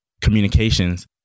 communications